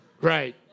Right